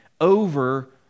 over